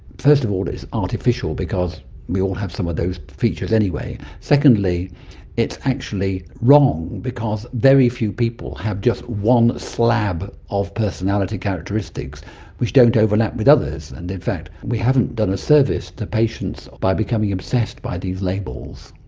first of all it's artificial because we all have some of those features anyway. secondly it's actually wrong because very few people have just one slab of personality characteristics which don't overlap with others. and in fact we haven't done a service to patients by becoming obsessed by these labels.